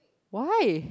why